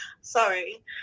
sorry